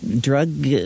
drug